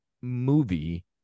movie